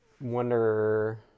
wonder